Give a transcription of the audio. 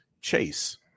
chase